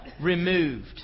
Removed